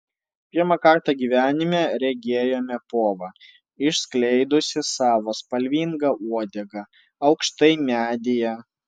pirmą kartą gyvenime regėjome povą išskleidusį savo spalvingą uodegą aukštai medyje